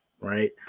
right